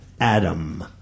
Adam